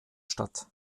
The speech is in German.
statt